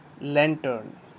Lantern